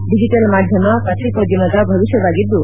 digital ಮಾಧ್ವಮ ಪತ್ರಿಕೋದ್ವಮದ ಭವಿಷ್ಣವಾಗಿದ್ದು